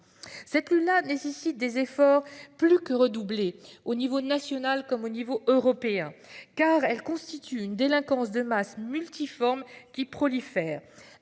Cette nuit-là nécessite des efforts plus que redoubler au niveau national comme au niveau européen car elle constitue une délinquance de masse multiforme qui prolifèrent.